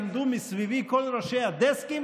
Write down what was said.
עמדו סביבי כל ראשי הדסקים,